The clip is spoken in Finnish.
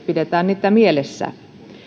pidetään niitä mielessä